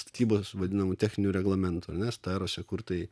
statybos vadinamų techninių reglamentų ar ne struose kur tai